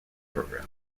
program